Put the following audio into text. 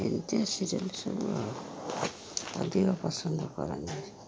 ଏମତିଆ serial ସବୁ ଅଧିକ ପସନ୍ଦ କରନ୍ତିି